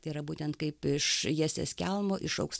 tai yra būtent kaip iš jesės kelmo išaugs